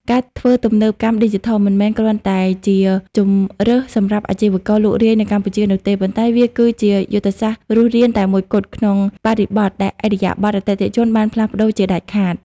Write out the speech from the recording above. ការធ្វើទំនើបកម្មឌីជីថល មិនមែនគ្រាន់តែជា "ជម្រើស" សម្រាប់អាជីវករលក់រាយនៅកម្ពុជានោះទេ ប៉ុន្តែវាគឺជា "យុទ្ធសាស្ត្ររស់រាន" តែមួយគត់ ក្នុងបរិបទដែលឥរិយាបថអតិថិជនបានផ្លាស់ប្តូរជាដាច់ខាត។